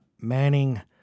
Manning